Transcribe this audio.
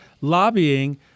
lobbying